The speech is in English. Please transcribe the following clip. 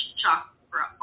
chakra